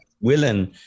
willing